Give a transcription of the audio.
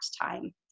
time